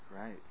right